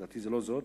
לדעתי זה לא זה,